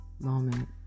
moment